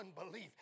unbelief